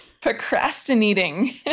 Procrastinating